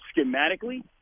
schematically